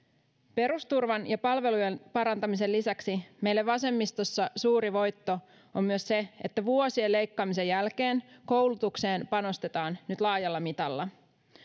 perusturvan ja palvelujen parantamisen lisäksi meille vasemmistossa suuri voitto on myös se että vuosien leikkaamisen jälkeen koulutukseen panostetaan nyt laajalla mitalla